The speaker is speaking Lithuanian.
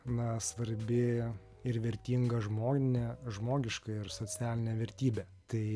na svarbi ir vertinga žmonine žmogiškai ar socialine vertybe tai